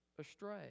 astray